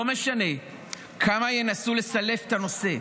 לא משנה כמה ינסו לסלף את הנושא,